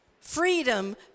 freedom